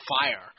fire